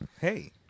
hey